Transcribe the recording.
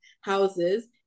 houses